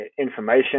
information